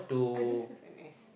idols have an S